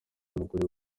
umugore